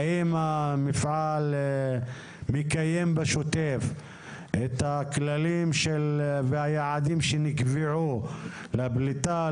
האם המפעל מקיים בשוטף את הכללים והיעדים שנקבעו לפליטה,